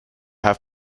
have